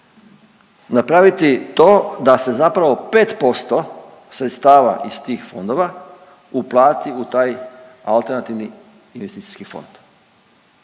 napraviti to da se zapravo 5% sredstava iz tih fondova uplati u taj alternativni investicijski fond.